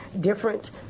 different